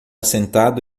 sentado